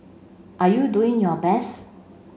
are you doing your best